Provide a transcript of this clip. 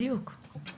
בדיוק, כן.